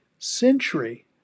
century